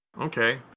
Okay